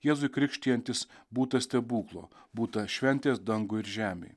jėzui krikštijantis būta stebuklo būta šventės danguj ir žemei